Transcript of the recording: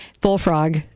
bullfrog